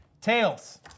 Tails